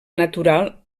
natural